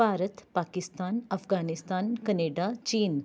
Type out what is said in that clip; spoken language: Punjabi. ਭਾਰਤ ਪਾਕਿਸਤਾਨ ਅਫਗਾਨਿਸਤਾਨ ਕੈਨੇਡਾ ਚੀਨ